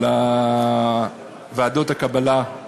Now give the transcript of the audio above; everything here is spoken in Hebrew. על ועדות הקבלה,